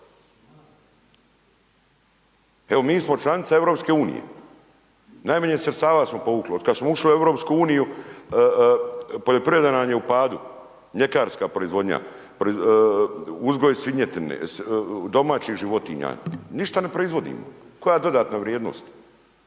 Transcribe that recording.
Evo mi smo članica EU, najmanje sredstava smo povukli, otkad smo ušli u EU poljoprivreda nam je u padu, mljekarska proizvodnja, uzgoj svinjetine, domaćih životinja, ništa ne proizvodimo. Koja dodatna vrijednost?